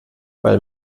weil